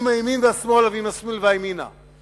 אם השמאל ואימינה ואם הימין ואשמאילה.